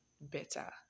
better